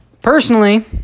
personally